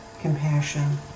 compassion